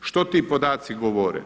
Što ti podaci govore?